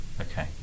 Okay